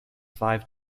five